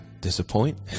disappoint